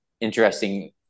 interesting